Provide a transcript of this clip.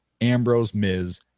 Ambrose-Miz